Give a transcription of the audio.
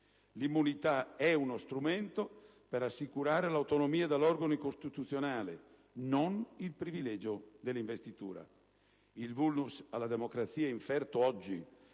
L'immunità è uno strumento per assicurare l'autonomia dall'organo costituzionale, non il privilegio dell'investitura. Il *vulnus* alla democrazia inferto oggi